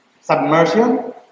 submersion